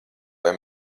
lai